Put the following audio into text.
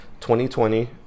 2020